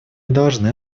должны